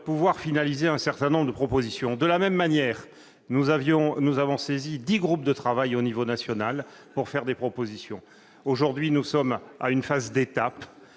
afin de finaliser un certain nombre de propositions. De la même manière, nous avons saisi dix groupes de travail au niveau national pour faire des propositions. Aujourd'hui, nous en sommes à une phase d'étape,